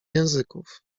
języków